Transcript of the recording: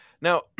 Now